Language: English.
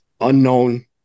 unknown